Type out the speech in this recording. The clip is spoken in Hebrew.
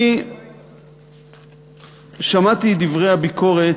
אני שמעתי את דברי הביקורת